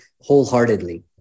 wholeheartedly